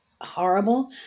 horrible